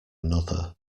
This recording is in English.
another